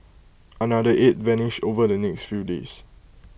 another eight vanished over the next few days